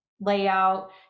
layout